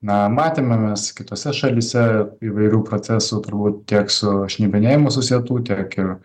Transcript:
na matėme mes kitose šalyse įvairių procesų turbūt tiek su šnipinėjimu susietų tiek ir